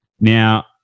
Now